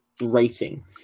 rating